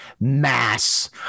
mass